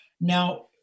Now